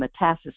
metastasis